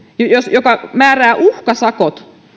joka määrää uhkasakot